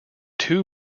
two